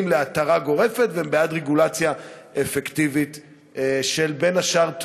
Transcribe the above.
להתרה גורפת והם בעד רגולציה אפקטיבית בין השאר של